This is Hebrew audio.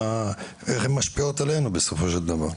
איך הן משפיעות עלינו בסופו של דבר?